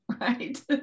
right